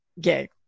gay